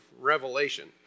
Revelation